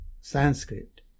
Sanskrit